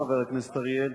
חבר הכנסת אריאל,